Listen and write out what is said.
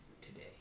today